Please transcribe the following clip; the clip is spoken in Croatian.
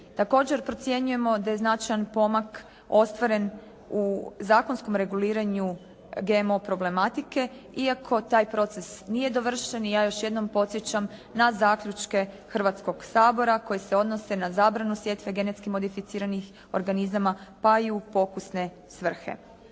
Također procjenjujemo da je značajan pomak ostvaren u zakonskom reguliranju GMO problematike. Iako taj proces nije dovršen, ja još jednom podsjećam na zaključke Hrvatskog sabora koji se odnose na zabranu sjetve genetski modificiranih organizama pa i u pokusne svrhe.